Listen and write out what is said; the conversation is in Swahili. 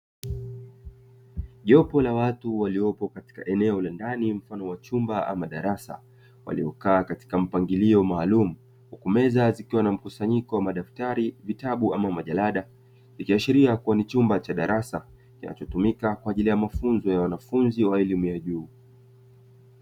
Jopo la watu waliopo katika eneo la ndani mfano wa chumba ama darasa, waliokaa katika mpangilio maalumu, huku meza zikiwa na mkusanyiko wa madaftari, vitabu ama majalada, vikiashiria kuwa ni chumba cha darasa kinachotumika kwa ajili ya mafunzo ya wanafunzi wa elimu ya juu.